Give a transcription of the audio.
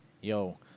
yo